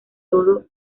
todo